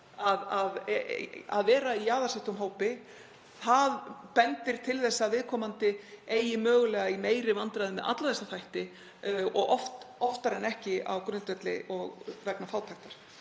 að vera í jaðarsettum hópi bendir til þess að viðkomandi eigi mögulega í meiri vandræðum með alla þessa þætti og oftar en ekki vegna fátæktar.